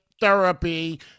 therapy